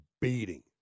beating